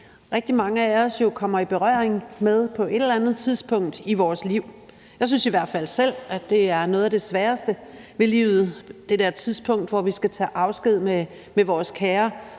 rigtig mange af os jo kommer i berøring med på et eller andet tidspunkt i vores liv. Jeg synes i hvert fald selv, at det tidspunkt, hvor vi skal tage afsked med vores kære,